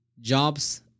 jobs